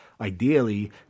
ideally